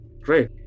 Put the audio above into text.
Great